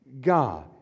God